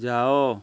ଯାଅ